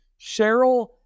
Cheryl